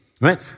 right